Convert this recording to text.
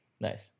Nice